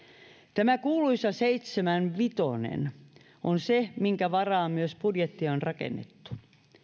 tämä kuuluisa seitsemänvitonen on se minkä varaan myös budjetti on rakennettu